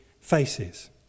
faces